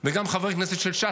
וגם חבר כנסת של ש"ס,